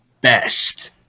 best